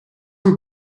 een